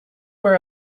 were